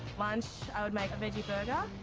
lunch, i would make a veggie burger.